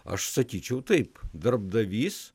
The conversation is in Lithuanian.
aš sakyčiau taip darbdavys